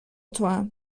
توام